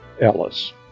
Ellis